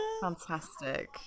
Fantastic